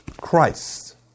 Christ